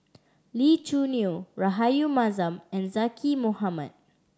Lee Choo Neo Rahayu Mahzam and Zaqy Mohamad